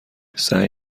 سعی